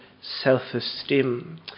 self-esteem